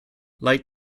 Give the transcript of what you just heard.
light